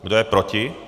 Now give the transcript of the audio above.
Kdo je proti?